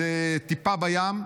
הן טיפה בים.